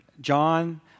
John